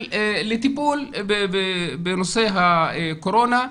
לטיפול בנושא הקורונה.